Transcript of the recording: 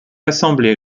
assemblée